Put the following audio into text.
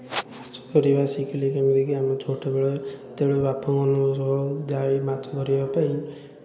ଧରିବା ଶିଖିଲି ଯେମିତିକି ଆମେ ଛୋଟବେଳ ଯେତେବେଳେ ବାପାମାନଙ୍କ ସହ ଯାଏ ମାଛ ଧରିବା ପାଇଁ